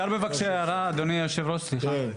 אדוני, אפשר בבקשה הערה, אדוני יושב הראש, סליחה?